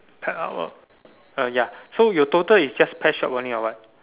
pet hour uh ya so your total is just pet shop only or what